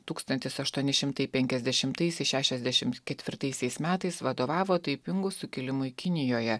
tūkstantis aštuoni šimtai penkiasdešimtaisiais šešiasdešimt ketvirtaisiais metais vadovavo taipingų sukilimui kinijoje